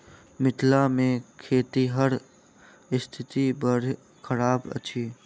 मिथिला मे खेतिहरक स्थिति बड़ खराब अछि